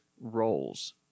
roles